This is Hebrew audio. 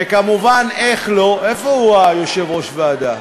וכמובן, איך לא איפה הוא, יושב-ראש הוועדה?